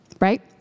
right